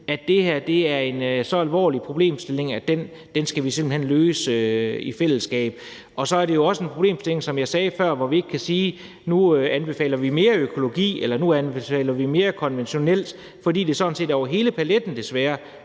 at det her er en så alvorlig problemstilling, at den skal vi simpelt hen løse i fællesskab. Så er det jo også, som jeg sagde før, en problemstilling, hvor vi ikke kan sige, at nu anbefaler vi mere økologi, eller at nu anbefaler vi mere af det konventionelle, fordi det sådan set desværre